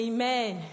Amen